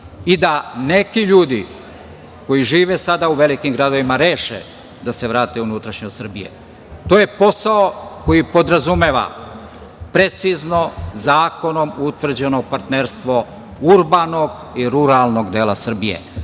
i da neki ljudi koji žive sada u velikim gradovima reše da se vrate u unutrašnjost Srbije. To je posao koji podrazumeva precizno zakonom utvrđeno partnerstvo urbanog i ruralnog dela Srbije.